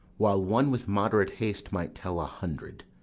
while one with moderate haste might tell a hundred.